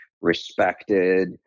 respected